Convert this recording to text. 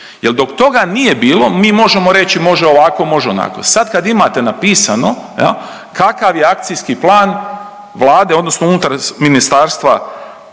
jel dok toga nije bilo mi možemo reći može ovako, može onako. Sad kad imate napisano jel kakav je akcijski plan Vlade odnosno unutar Ministarstva